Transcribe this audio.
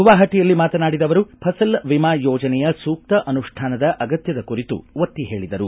ಗುವಾಹಟಿಯಲ್ಲಿ ಮಾತನಾಡಿದ ಅವರು ಫಸಲ್ ವಿಮಾ ಯೋಜನೆಯ ಸೂಕ್ತ ಅನುಷ್ಠಾನದ ಅಗತ್ಯದ ಕುರಿತು ಒತ್ತಿ ಹೇಳಿದರು